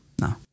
No